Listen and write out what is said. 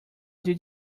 did